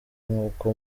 nkuko